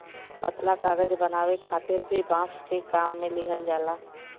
पतला कागज बनावे खातिर भी बांस के काम में लिहल जाला